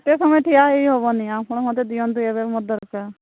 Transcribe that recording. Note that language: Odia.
ଏତେ ସମୟ ଠିଆ ହୋଇ ହେବନି ଆପଣ ମୋତେ ଦିଅନ୍ତୁ ଏବେ ମୋର ଦରକାର